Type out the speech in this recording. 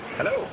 Hello